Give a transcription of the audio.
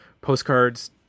postcards